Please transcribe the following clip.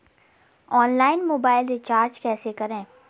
Online mobile recharge कैसे करें?